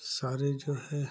सारे जो है